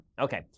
Okay